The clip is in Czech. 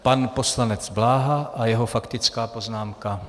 Pan poslanec Bláha a jeho faktická poznámka.